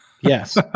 Yes